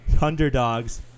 underdogs